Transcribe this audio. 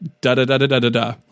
da-da-da-da-da-da-da